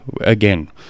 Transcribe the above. again